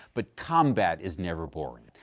but combat is never boring.